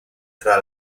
tra